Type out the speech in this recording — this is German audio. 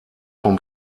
vom